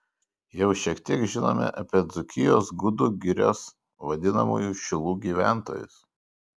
jau šiek tiek žinome apie dzūkijos gudų girios vadinamųjų šilų gyventojus